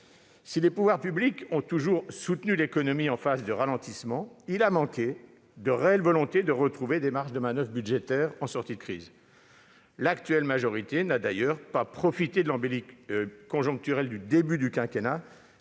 Si les pouvoirs publics ont toujours soutenu l'économie en phase de ralentissement, une réelle volonté de retrouver des marges de manoeuvre budgétaires en sortie de crise a manqué. Ainsi, l'actuelle majorité n'a pas profité de l'embellie conjoncturelle du début de quinquennat